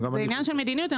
זה עניין של מדיניות.